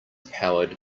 powered